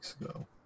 ago